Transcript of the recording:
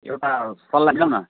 एउटा सल्लाह लिउँ न